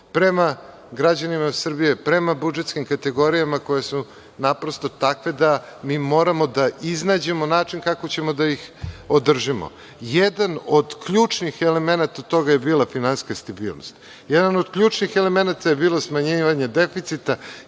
prema građanima Srbije, prema budžetskim kategorijama koje su naprosto takve da mi moramo da iznađemo način kako ćemo da ih održimo. Jedan od ključnih elemenata toga je bila finansijska stabilnost. Jedan od ključnih elemenata je bilo smanjivanje deficita.